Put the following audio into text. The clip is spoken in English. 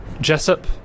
Jessup